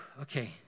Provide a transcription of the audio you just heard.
Okay